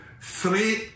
three